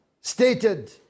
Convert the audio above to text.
stated